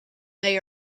they